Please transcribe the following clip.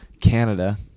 Canada